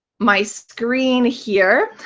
my screen here.